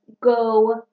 go